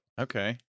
Okay